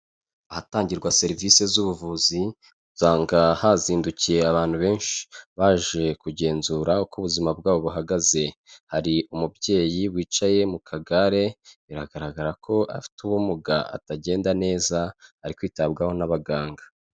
Ahatangirwa serivisi z'ubuvuzi, usanga hazindukiye abantu benshi, baje kugenzura uko ubuzima bwabo buhagaze. Hari umubyeyi wicaye mu kagare, biragaragara ko afite ubumuga atagenda neza, ari kwitabwaho n'abaganga.